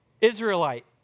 Israelite